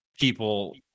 people